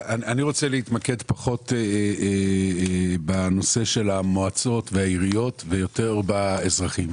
אני רוצה להתמקד פחות בנושא של המועצות והעיריות ויותר באזרחים.